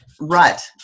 rut